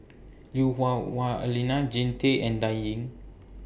Lui Hah Wah Elena Jean Tay and Dan Ying